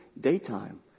Daytime